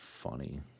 Funny